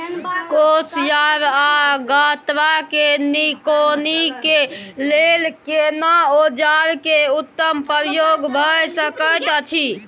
कोसयार आ गन्ना के निकौनी के लेल केना औजार के उत्तम प्रयोग भ सकेत अछि?